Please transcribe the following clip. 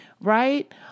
right